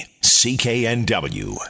CKNW